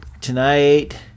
tonight